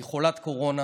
היא חולת קורונה,